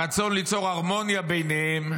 הרצון ליצור הרמוניה ביניהם,